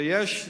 יש,